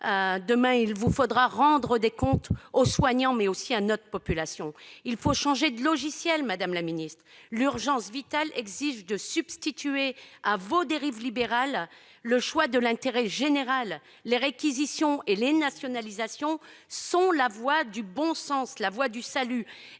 demain, il vous faudra rendre des comptes aux soignants, mais aussi à la population tout entière. Il faut changer de logiciel, madame la secrétaire d'État ! L'urgence vitale exige de substituer à vos dérives libérales le choix de l'intérêt général. Les réquisitions et les nationalisations sont la voie du bon sens, la voie du salut